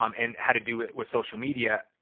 um and how to do it with social media,